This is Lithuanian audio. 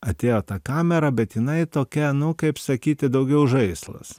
atėjo ta kamera bet jinai tokia nu kaip sakyti daugiau žaislas